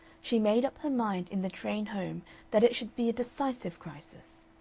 she made up her mind in the train home that it should be a decisive crisis.